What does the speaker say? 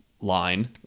line